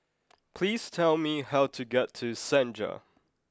please tell me how to get to Senja